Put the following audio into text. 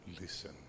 listen